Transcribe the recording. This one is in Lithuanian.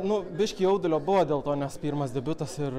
nu biškį jaudulio buvo dėl to nes pirmas debiutas ir